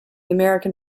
american